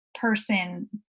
person